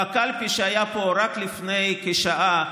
בקלפי שהייתה פה רק לפני כשעה,